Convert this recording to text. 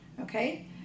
okay